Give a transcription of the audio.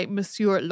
Monsieur